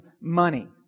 money